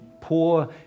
poor